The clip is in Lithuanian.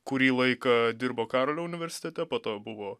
kurį laiką dirbo karolio universitete po to buvo